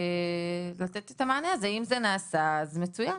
אם זה נעשה, אז מצוין.